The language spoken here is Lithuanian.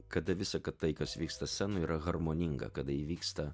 kada visa kad tai kas vyksta scenoj yra harmoninga kada įvyksta